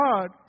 God